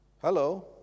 Hello